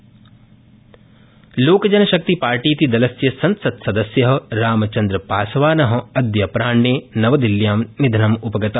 रामचन्द्रपासवान लोकजनशक्तिपार्टीति दलस्य संसत्सदस्य रामचन्द्रपासवान अद्यअपराहणे नवदिल्ल्यां निधनम्पगत